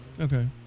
Okay